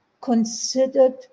considered